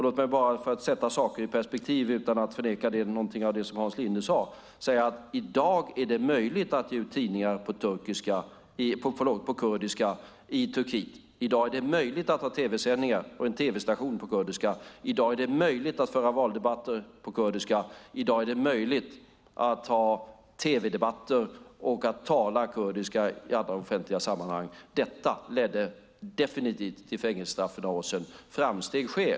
Låt mig för att sätta saker i perspektiv bara säga detta, utan att förneka någonting av det som Hans Linde sade: I dag är det möjligt att ge ut tidningar på kurdiska i Turkiet. I dag är det möjligt att ha tv-sändningar och en tv-station på kurdiska. I dag är det möjligt att föra valdebatter på kurdiska. I dag är det möjligt att ha tv-debatter på kurdiska och att tala kurdiska i alla offentliga sammanhang. Detta ledde definitivt till fängelsestraff för några år sedan. Framsteg sker.